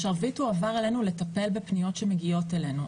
השרביט הועבר אלינו לטפל בפניות שמגיעות אלינו.